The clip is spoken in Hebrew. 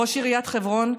ראש עיריית חברון,